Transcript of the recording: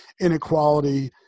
inequality